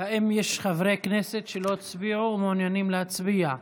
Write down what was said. האם יש חברי כנסת שלא הצביעו ומעוניינים להצביע?